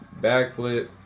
backflip